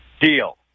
Deal